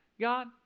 God